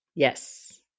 Yes